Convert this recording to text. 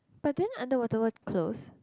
but then Underwater-World closed